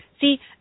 See